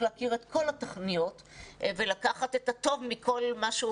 להכיר את כל התוכניות ולקחת את הטוב מכל מה שהוא